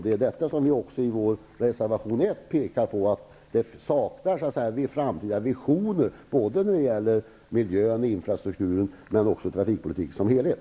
Det är därför som vi i vår reservation pekar på att det saknas framtidsvisioner när det gäller miljön, infrastrukturen och även trafikpolitiken i dess helhet.